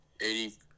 Eighty